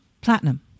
platinum